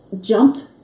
jumped